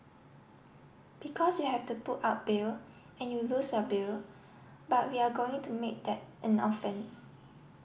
because you have to put up bail and you lose your bail but we are going to make that an offence